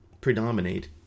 predominate